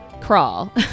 crawl